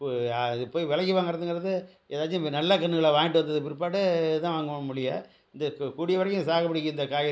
அது போய் விலைக்கு வாங்குறதுங்கிறது எதாச்சும் நல்ல கன்றுகள வாங்கிட்டு வந்ததுக்கு பிற்பாடு தான் வாங்குவோமே ஒழிய இது கூ கூடிய வரையும் சாகுபடிக்கு இந்த காய்கறி கீய்கறி